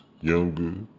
younger